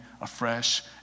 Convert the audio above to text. afresh